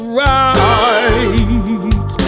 right